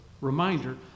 reminder